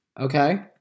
Okay